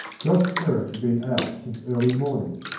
josh perrott had been out since early morning,